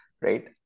right